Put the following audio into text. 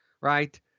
Right